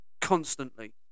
constantly